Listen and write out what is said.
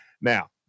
Now